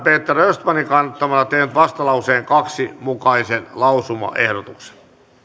peter östmanin kannattamana tehnyt vastalauseen kahden mukaisen lausumaehdotuksen